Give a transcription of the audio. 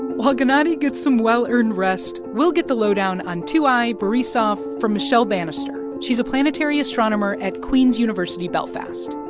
while gennady gets some well-earned rest, we'll get the lowdown on two i borisov from michele bannister. she's a planetary astronomer at queen's university, belfast